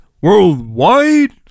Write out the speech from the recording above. Worldwide